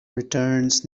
returns